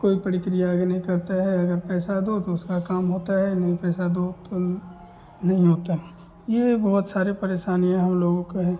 कोई प्रक्रिया आगे नहीं करता है अगर पैसे दो तो उसका काम होता है नहीं पैसे दो तो नहीं होते हैं यह बहुत सारी परेशानियाँ हम लोगों को हैं